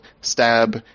stab